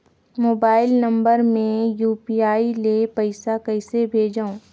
Mobile number मे UPI ले पइसा कइसे भेजवं?